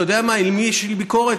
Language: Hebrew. אתה יודע מה, על מי יש לי ביקורת?